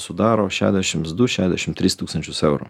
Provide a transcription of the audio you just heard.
sudaro šedešims du šedešim tris tūkstančius eurų